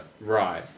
Right